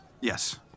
Yes